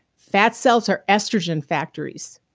fat cells are estrogen factories.